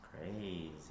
crazy